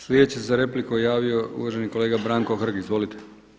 Sljedeći se za repliku javio uvaženi kolega Branko Hrg, izvolite.